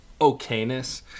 okayness